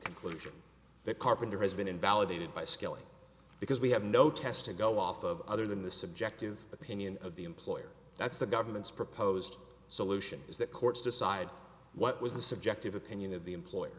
conclusion that carpenter has been invalidated by skilling because we have no test to go off of other than the subjective opinion of the employer that's the government's proposed solution is that courts decide what was the subjective opinion of the employer